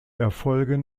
erfolgen